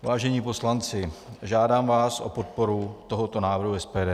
Vážení poslanci, žádám vás o podporu tohoto návrhu SPD.